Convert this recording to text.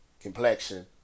complexion